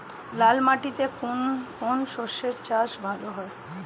লাল মাটিতে কোন কোন শস্যের চাষ ভালো হয়?